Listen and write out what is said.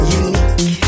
unique